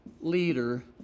leader